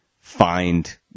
find